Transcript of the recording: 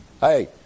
Hey